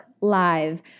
Live